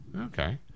Okay